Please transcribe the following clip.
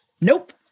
Nope